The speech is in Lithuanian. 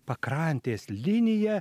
pakrantės liniją